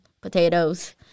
potatoes